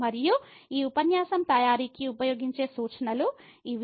మరియు ఈ ఉపన్యాసం తయారీకి ఉపయోగించే సూచనలు ఇవి